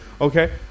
Okay